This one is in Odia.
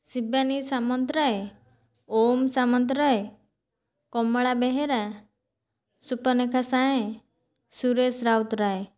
ଶିବାନୀ ସାମନ୍ତରାୟ ଓମ ସାମନ୍ତରାୟ କମଳା ବେହେରା ସୂର୍ପନେଖା ସାଏଁ ସୁରେଶ ରାଉତରାୟ